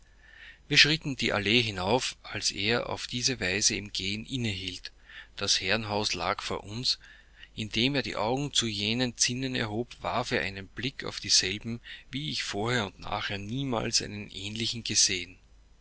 wir schritten die allee hinauf als er auf diese weise im gehen inne hielt das herrenhaus lag vor uns indem er die augen zu jenen zinnen erhob warf er einen blick auf dieselben wie ich vorher und nachher niemals einen ähnlichen gesehen